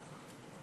בבקשה.